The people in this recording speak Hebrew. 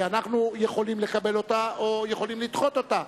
שאנחנו יכולים לקבל אותה או לדחות אותה,